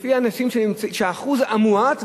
לפי האחוז המועט,